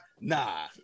Nah